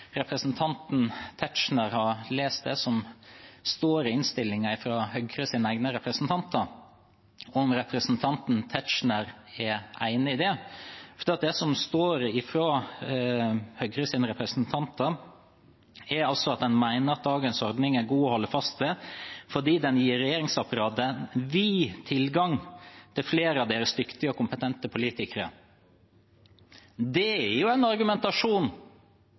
representanten Tetzschner er enig i det. For det som står fra Høyres representanter, er at en «mener at dagens ordning er god å holde fast ved, fordi den gir regjeringsapparatet vid tilgang til flere av deres dyktige og kompetente politikere.» Det er en argumentasjon